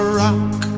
rock